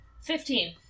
Fifteen